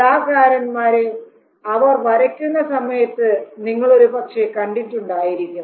കലാകാരന്മാരെ അവർ വരയ്ക്കുന്ന സമയത്ത് നിങ്ങൾ ഒരുപക്ഷേ കണ്ടിട്ടുണ്ടായിരിക്കും